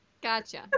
gotcha